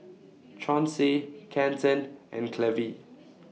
Chauncey Kenton and Clevie